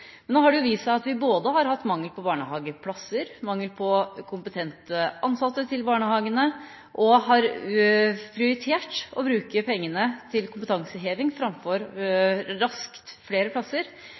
Men nå har det vist seg at vi både har hatt mangel på barnehageplasser og mangel på kompetente ansatte til barnehagene, og vi har prioritert å bruke pengene til kompetanseheving framfor